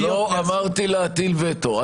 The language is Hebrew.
לא אמרתי להטיל וטו,